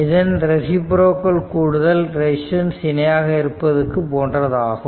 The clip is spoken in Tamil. இதன் ரேசிப்ரோகல் கூடுதல் ரெசிஸ்டன்ஸ் இணையாக இருப்பது போன்றதாகும்